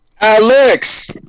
Alex